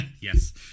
Yes